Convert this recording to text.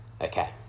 okay